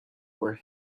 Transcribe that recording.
were